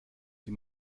sie